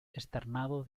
externado